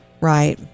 Right